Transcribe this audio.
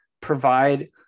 provide